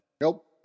Nope